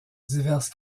diverses